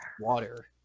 water